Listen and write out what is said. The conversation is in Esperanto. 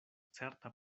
certa